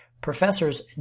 professors